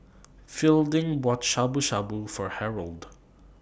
Fielding bought Shabu Shabu For Harold